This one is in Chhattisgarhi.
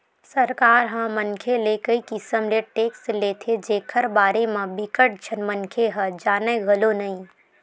सरकार ह मनखे ले कई किसम ले टेक्स लेथे जेखर बारे म बिकट झन मनखे ह जानय घलो नइ